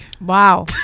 Wow